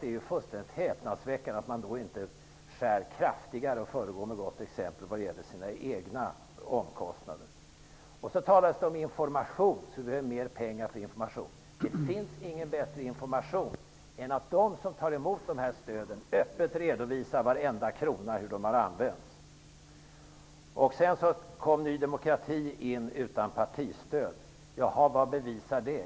Det är fullständigt häpnadsväckande att man då inte skär kraftigare och föregår med gott exempel vad gäller de egna omkostnaderna. Det talas om att det behövs mera pengar för information. Det finns ingen bättre information än att de som tar emot stödet öppet redovisar hur de har använt varenda krona. Vad bevisar det?